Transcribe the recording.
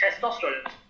testosterone